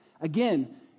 Again